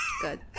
good